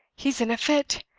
he's in a fit.